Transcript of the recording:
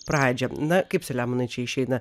pradžią na kaip seliemonai čia išeina